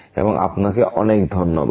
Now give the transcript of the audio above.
এবং আপনাকে অনেক ধন্যবাদ